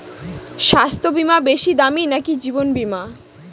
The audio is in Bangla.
স্বাস্থ্য বীমা বেশী দামী নাকি জীবন বীমা?